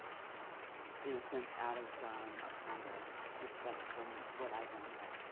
innocence out of a kind of respect for what i don't know.